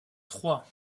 trois